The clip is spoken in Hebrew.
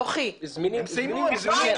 הם סיימו.